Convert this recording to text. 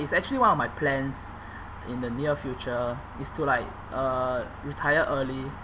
it's actually one of my plans in the near future is to like uh retire early